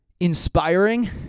inspiring